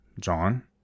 John